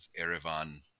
Erevan